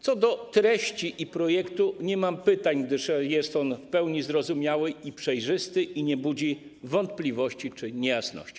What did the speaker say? Co do treści projektu, nie mam pytań, gdyż jest on w pełni zrozumiały, przejrzysty i nie budzi wątpliwości czy niejasności.